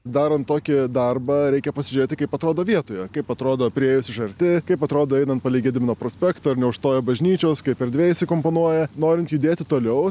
darant tokį darbą reikia pasižiūrėti kaip atrodo vietoje kaip atrodo priėjus iš arti kaip atrodo einant palei gedimino prospektą ar neužstoja bažnyčios kaip erdvėj įsikomponuoja norint judėti toliau